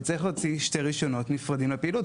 הוא יצטרך להוציא שתי רישיונות נפרדים לפעילות,